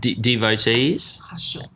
devotees